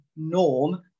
norm